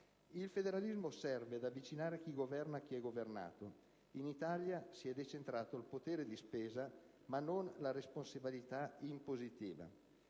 Il federalismo serve ad avvicinare chi governa a chi è governato. In Italia si è decentrato il potere di spesa, ma non la responsabilità impositiva: